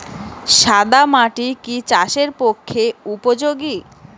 সাদা মাটি কি চাষের পক্ষে উপযোগী?